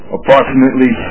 Approximately